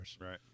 Right